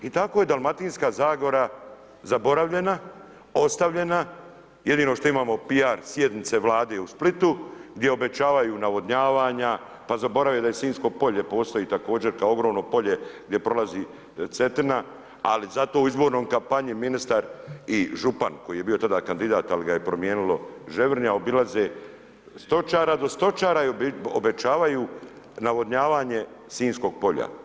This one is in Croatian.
I tako je Dalmatinska zagora zaboravljena, ostavljena, jedino što imamo PR sjednice Vlade u Splitu, gdje obećavaju navodnjavanja, pa zaborave da Sinjsko polje, postoji, također, kao ogromno polje, gdje prolazi Cetina, ali zato u izbornom kampanju, ministar i župan koji je bio tada kandidat, ali ga je promijenilo Ževrnje, obilaze stočara do stočara i obećavaju navodnjavanje Sinjskog polja.